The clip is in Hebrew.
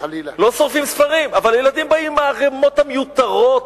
אבל ילדים באים עם הערימות המיותרות,